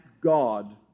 God